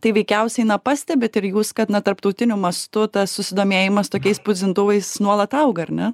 tai veikiausiai na pastebit ir jūs kad na tarptautiniu mastu tas susidomėjimas tokiais spausdintuvais nuolat auga ar ne